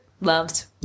loves